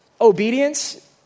obedience